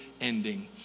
ending